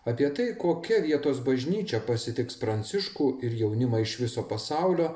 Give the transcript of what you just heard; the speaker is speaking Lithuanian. apie tai kokia vietos bažnyčia pasitiks pranciškų ir jaunimą iš viso pasaulio